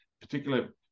particular